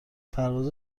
پرواز